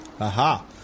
Aha